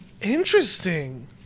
Interesting